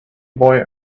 boy